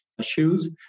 shoes